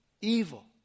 evil